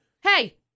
Hey